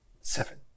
seven